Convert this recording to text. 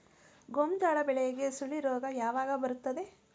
ಗೋಂಜಾಳ ಬೆಳೆಗೆ ಸುಳಿ ರೋಗ ಯಾವಾಗ ಬರುತ್ತದೆ?